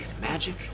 magic